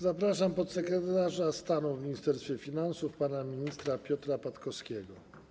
Zapraszam podsekretarza stanu w Ministerstwie Finansów pana ministra Piotra Patkowskiego.